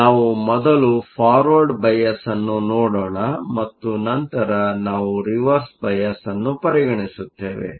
ಆದ್ದರಿಂದ ನಾವು ಮೊದಲು ಫಾರ್ವರ್ಡ್ ಬಯಾಸ್ ಅನ್ನು ನೋಡೋಣ ಮತ್ತು ನಂತರ ನಾವು ರಿವರ್ಸ್ ಬಯಾಸ್ ಅನ್ನು ಪರಿಗಣಿಸುತ್ತೇವೆ